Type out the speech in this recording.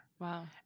Wow